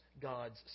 God's